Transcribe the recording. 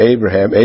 Abraham